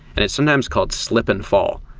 and it's sometimes called slip and fall.